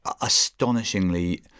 astonishingly